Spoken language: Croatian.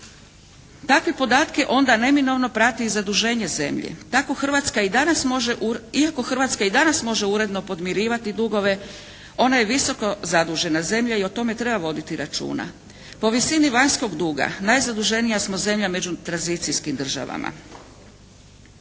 Takve podatke onda neminovno prati i zaduženje zemlje. Tako Hrvatska i danas može, iako Hrvatska i danas može uredno podmirivati dugove ona je visokozadužena zemlja i o tome treba voditi računa. Po visini vanjskog duga najzaduženija smo zemlja među tranzicijskim državama.